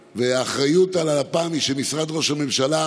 האחריות על הלפ"ם היא של משרד ראש הממשלה,